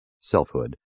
selfhood